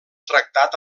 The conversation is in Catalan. tractat